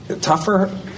tougher